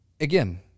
again